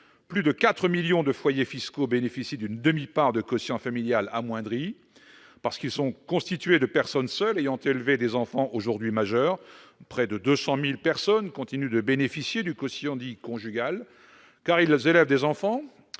plus de 4 millions de foyers fiscaux bénéficient d'une demi-part de quotient familial amoindrie parce qu'ils sont constitués de personnes seules ayant élevé des enfants aujourd'hui majeurs, près de 200 000 personnes continuent de bénéficier du quotient dit « conjugal », car elles élèvent des enfants,